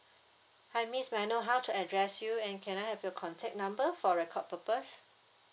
hi miss may I know how to address you and can I have your contact number for record purpose